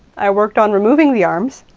i worked on removing the arms.